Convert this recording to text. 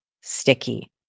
sticky